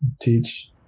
teach